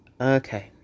Okay